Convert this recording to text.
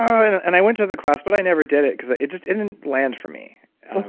i went to the class but i never did it because it it just didn't land for me.